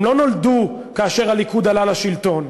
הם לא נולדו כאשר הליכוד עלה לשלטון.